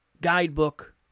guidebook